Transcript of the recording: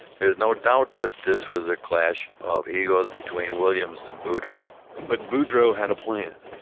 there's no doubt, but this was a clash of egos between williams and boudreau but boudreau had a plan.